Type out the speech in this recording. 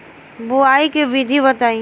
बुआई के विधि बताई?